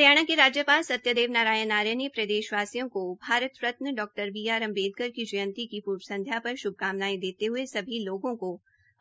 हरियाणा के राज्यपाल सत्यदेव नारायण आर्य ने प्रदेशवासियों को Bharat Ratan Dr B R Ambedkar की जयंती की पूर्व संध्या पर श्भकामनायें देते हये सभी लोगों को